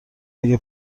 اگه